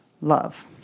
love